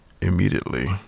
immediately